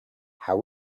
how